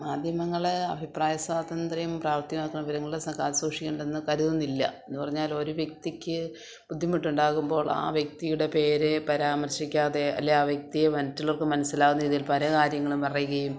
മാധ്യമങ്ങൾ അഭിപ്രായ സ്വാതന്ത്ര്യം പ്രാവർത്തികമാക്കുന്ന വിവരങ്ങളുടെ കാത്ത് സൂഷിക്കുന്നുണ്ടെന്ന് കരുതുന്നില്ല എന്ന് പറഞ്ഞാൽ ഒരു വ്യക്തിക്ക് ബുദ്ധിമുട്ട് ഉണ്ടാകുമ്പോൾ ആ വ്യക്തിയുടെ പേര് പരാമർശിക്കാതെ അല്ലെ ആ വ്യക്തിയെ മറ്റുള്ളവർക്ക് മനസ്സിലാകുന്ന രീതിയിൽ പല കാര്യങ്ങളും പറയുകയും